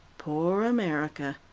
poor america,